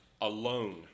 alone